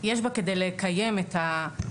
יש בה כדי לקיים את ההרתעה.